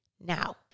now